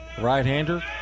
Right-hander